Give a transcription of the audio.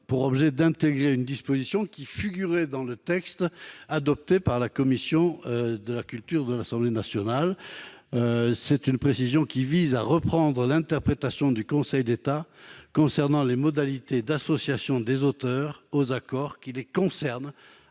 pour objet d'intégrer une précision qui figurait dans le texte adopté par la commission de la culture de l'Assemblée nationale et avait recueilli un large assentiment. Il s'agit de reprendre l'interprétation du Conseil d'État concernant les modalités d'association des auteurs aux accords qui les concernent.